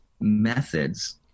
methods